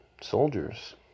soldiers